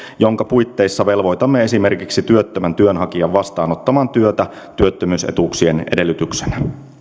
jonka puitteissa velvoitamme esimerkiksi työttömän työnhakijan vastaanottamaan työtä työttömyysetuuksien edellytyksenä